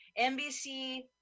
NBC